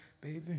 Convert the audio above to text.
baby